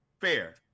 fair